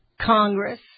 Congress